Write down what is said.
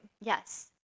Yes